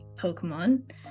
Pokemon